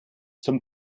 zum